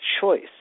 choice